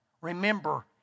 Remember